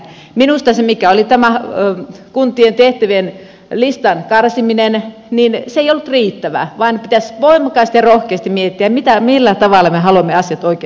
minusta tämä kuntien tehtävälistan karsiminen ei ollut riittävä vaan pitäisi voimakkaasti ja rohkeasti miettiä millä tavalla me haluamme asiat oikeasti hoitaa